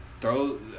throw